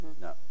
No